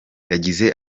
yagize